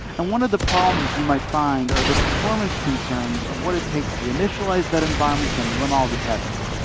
and one of the problems you might find are the performance concerns of what it takes to initialize that environment, then run all the tests.